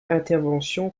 intervention